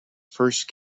first